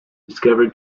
discover